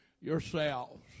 yourselves